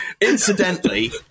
incidentally